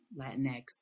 Latinx